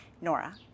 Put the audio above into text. Nora